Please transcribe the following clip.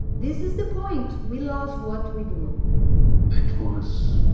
this is the point, we love what we do it was